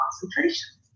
concentrations